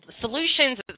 solutions